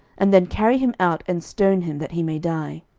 and then carry him out, and stone him, that he may die.